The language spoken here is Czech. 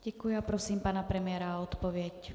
Děkuji a prosím pana premiéra o odpověď.